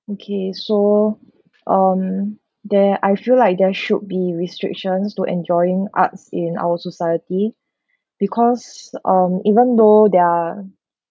okay so um there I feel like there should be restrictions to enjoying arts in our society because um even though they're